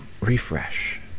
refresh